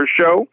show